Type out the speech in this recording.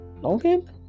Logan